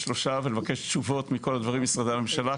שלושה בשביל לבקש תשובות מכל משרדי הממשלה,